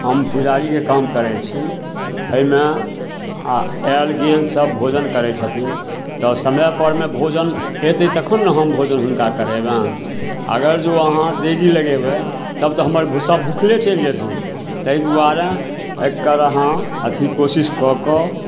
हम पुजारीके काम करै छी एहिमे आ आएल गेल सभ भोजन करै छथिन तऽ समयपरमे भोजन हेतै तखन ने हम हुनका भोजन करेबनि अगर जँ अहाँ देरी लगेबै तब तऽ हमर भुस्सा भुखले चलि जेथिन ताहि दुआरे एकर अहाँ अथी कोशिश कऽ कऽ